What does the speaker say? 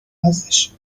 ازشاب